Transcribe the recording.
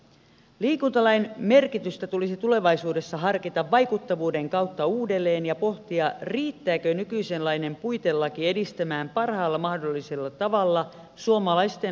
liikuntalain merkitystä tulisi tulevaisuudessa harkita vaikuttavuuden kautta uudelleen ja pohtia riittääkö nykyisenlainen puitelaki edistämään parhaalla mahdollisella tavalla suomalaisten liikkumista